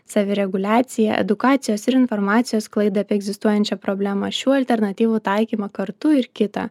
savireguliacija edukacijos ir informacijos sklaida apie egzistuojančią problemą šių alternatyvų taikymą kartu ir kita